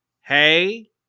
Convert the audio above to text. hey